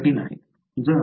हे कठीण आहे